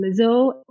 Lizzo